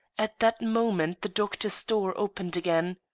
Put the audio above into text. at that moment the doctor's door opened again.